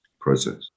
process